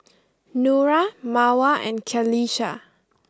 Nura Mawar and Qalisha